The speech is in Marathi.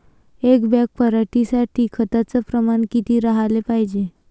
एक बॅग पराटी साठी खताचं प्रमान किती राहाले पायजे?